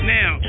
Now